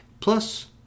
plus